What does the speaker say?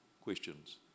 Questions